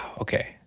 Okay